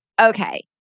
okay